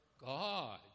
God